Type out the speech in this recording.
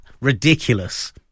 Ridiculous